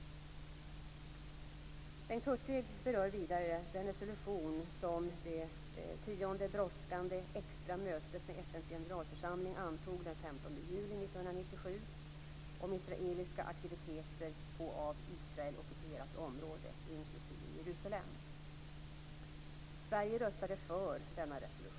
Bengt Hurtig berör vidare den resolution som det tionde brådskande extra mötet med FN:s generalförsamling antog den 15 juli 1997 om israeliska aktiviteter på av Israel ockuperat område, inklusive Jerusalem. Sverige röstade för denna resolution.